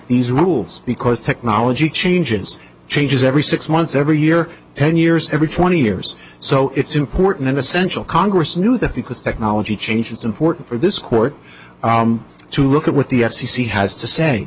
these rules because technology changes changes every six months every year ten years every twenty years so it's important and essential congress knew that because technology change it's important for this court to look at what the f c c has to say